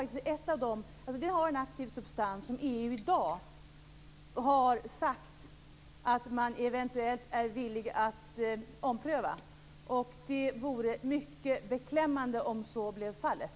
Totex har en aktiv substans som man inom EU i dag eventuellt är villig att ompröva. Det vore mycket beklämmande om så blev fallet.